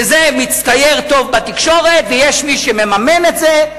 שזה מצטייר טוב בתקשורת ויש מי שממן את זה,